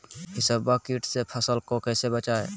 हिसबा किट से फसल को कैसे बचाए?